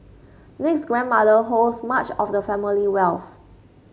Nick's grandmother holds much of the family wealth